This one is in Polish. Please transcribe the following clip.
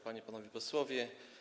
Panie i Panowie Posłowie!